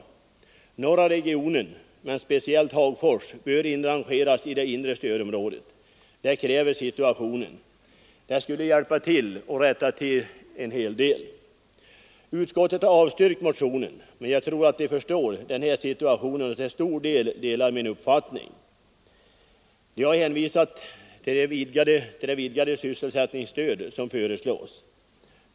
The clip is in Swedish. Hela norra regionen, men speciellt Hagfors, bör inrangeras i det inre stödområdet. Det kräver situationen. Det skulle bidra till att rätta till en hel del. Utskottet har avstyrkt motionen, men jag tror utskottet förstår situationen och till stor del har samma uppfattning som jag. Utskottet har hänvisat till det utvidgade sysselsättningsstöd som föreslås.